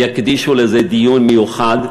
יקדישו לזה דיון מיוחד,